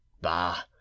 Bah